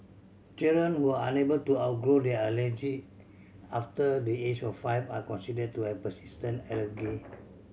children who are unable to outgrow their allergy after the age of five are considered to have persistent allergy